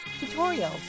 tutorials